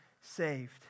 saved